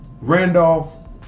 randolph